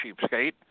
cheapskate